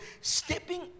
stepping